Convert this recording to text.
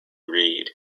reed